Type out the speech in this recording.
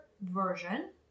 version